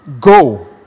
Go